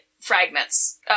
fragments